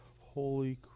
holy